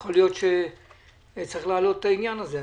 יכול להיות שצריך להעלות את העניין הזה.